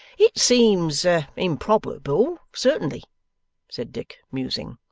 it seems improbable certainly said dick, musing.